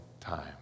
time